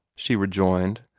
she rejoined,